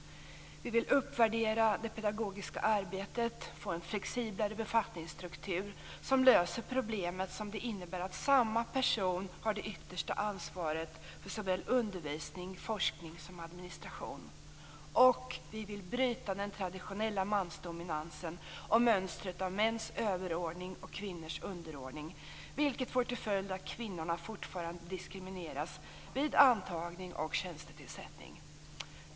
Vi vill uppvärdera det pedagogiska arbetet, få en flexiblare befattningsstruktur som löser problemet med att samma person har det yttersta ansvaret för såväl undervisning som forskning och administration. Och vi vill bryta den traditionella mansdominansen och mönstret med mäns överordning och kvinnors underordning, vilket får till följd att kvinnorna fortfarande diskrimineras vid antagning och tjänstetillsättning.